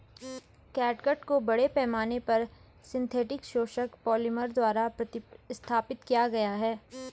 catgut को बड़े पैमाने पर सिंथेटिक शोषक पॉलिमर द्वारा प्रतिस्थापित किया गया है